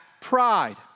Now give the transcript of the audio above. pride